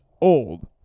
old